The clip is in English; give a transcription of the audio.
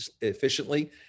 efficiently